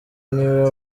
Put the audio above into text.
niba